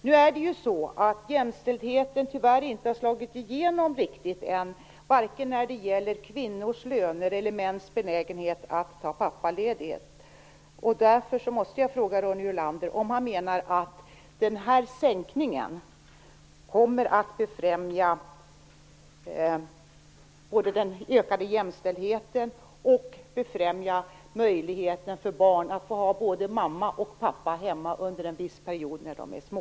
Nu har ju jämställdheten tyvärr inte riktigt slagit igenom än, vare sig när det gäller kvinnors löner eller mäns benägenhet att ta pappaledigt. Därför måste jag fråga Ronny Olander om han menar att den här sänkningen kommer att främja både en ökad jämställdhet och möjligheten för barn att ha både mamma och pappa hemma under en viss period när de är små.